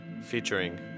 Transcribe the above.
featuring